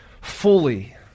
fully